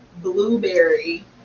blueberry